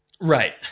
Right